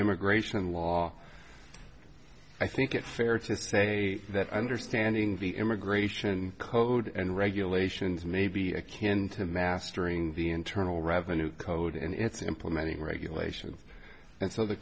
immigration law i think it's fair to say that understanding the immigration code and regulations may be a kin to mastering the internal revenue code and its implementing regulations and so the